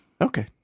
okay